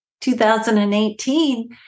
2018